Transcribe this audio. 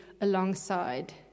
alongside